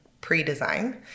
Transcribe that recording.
pre-design